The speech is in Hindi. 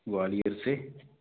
ग्वालियर से